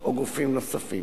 או גופים נוספים.